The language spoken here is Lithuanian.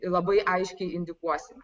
labai aiškiai indikuosime